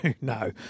No